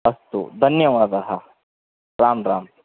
अस्तु धन्यवादाः राम् राम्